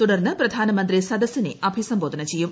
തുടർന്ന് പ്രധാനമന്ത്രി സദസ്സിനെ അഭിസംബോധന ചെയ്യും